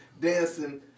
dancing